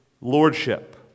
Lordship